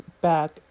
back